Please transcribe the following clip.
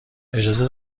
اجازه